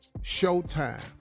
showtime